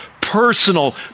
personal